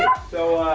so,